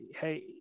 hey